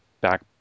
back